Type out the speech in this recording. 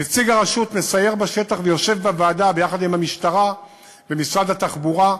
נציג הרשות מסייר בשטח ויושב בוועדה ביחד עם המשטרה ומשרד התחבורה,